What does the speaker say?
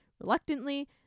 Reluctantly